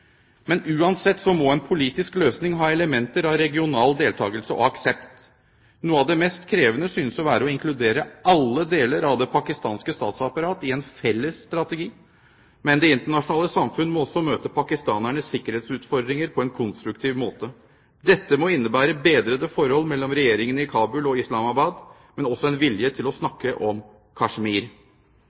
Men uansett må en politisk løsning ha elementer av regional deltakelse og aksept. Noe av det mest krevende synes å være å inkludere alle deler av det pakistanske statsapparat i en felles strategi. Men det internasjonale samfunn må også møte pakistanernes sikkerhetsutfordringer på en konstruktiv måte. Dette må innebære bedrede forhold mellom regjeringene i Kabul og Islamabad, men også en vilje til å snakke om Kashmir.